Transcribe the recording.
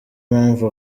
mpamvu